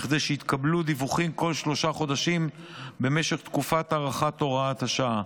בכדי שיתקבלו דיווחים כל שלושה חודשים במשך תקופת הארכת הוראת השעה.